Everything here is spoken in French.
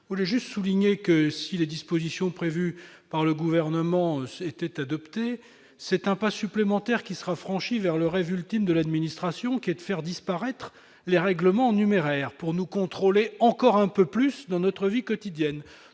Je veux juste souligner que, si les dispositions prévues par le Gouvernement étaient adoptées, un pas supplémentaire serait franchi vers le rêve ultime de l'administration qui est de faire disparaître les règlements en numéraire pour nous contrôler encore un peu plus dans notre vie quotidienne.